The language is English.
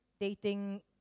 dating